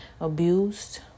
abused